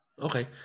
okay